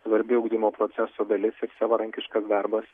svarbi ugdymo proceso dalis ir savarankiškas darbas